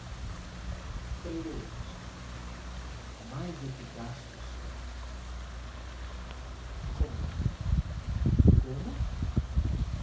frei lourenço mais eficaz que o céu romeu como